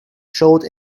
showed